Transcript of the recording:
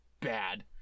bad